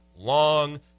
Long